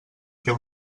fer